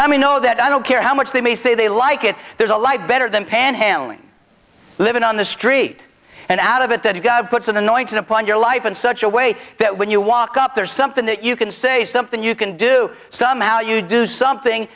i mean know that i don't care how much they may say they like it there's a lie better than panhandling living on the street and out of it that god puts an annoying to put on your life in such a way that when you walk up there's something that you can say something you can do somehow you do something